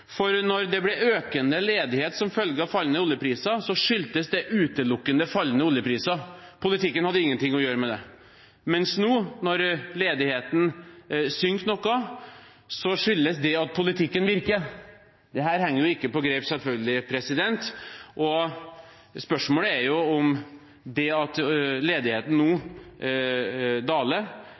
for da det ble økende ledighet som følge av fallende oljepriser, skyldtes det utelukkende fallende oljepriser. Politikken hadde ingenting å gjøre med det. Men nå, når ledigheten synker noe, skyldes det at politikken virker. Dette henger selvfølgelig ikke på greip, og spørsmålet er om det at ledigheten nå daler,